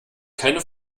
keine